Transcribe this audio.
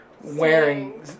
wearing